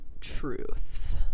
truth